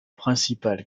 principale